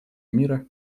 мира